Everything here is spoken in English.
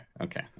Okay